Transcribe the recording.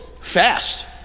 fast